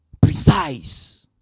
Precise